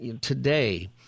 today